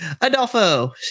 Adolfo